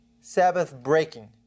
Sabbath-breaking